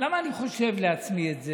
למה אני חושב לעצמי את זה?